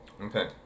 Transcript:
okay